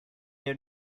you